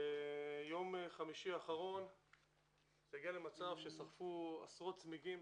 ביום חמישי האחרון שרפו עשרות צמיגים,